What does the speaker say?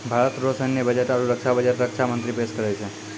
भारत रो सैन्य बजट आरू रक्षा बजट रक्षा मंत्री पेस करै छै